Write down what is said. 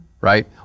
right